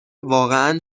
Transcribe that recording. واقعا